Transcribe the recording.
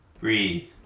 breathe